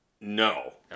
No